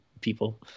people